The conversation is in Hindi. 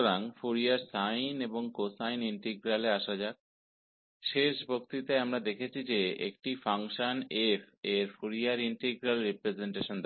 तो फोरियर साइन और कोसाइन इंटीग्रल पर आते हुए पिछले व्याख्यान में हमने देखा कि एक फ़ंक्शन f का फोरियर इंटीग्रल रिप्रजेंटेशन